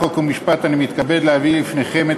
חוק ומשפט אני מתכבד להביא לפניכם את